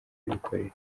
y’abikorera